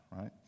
right